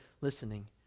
listening